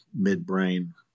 midbrain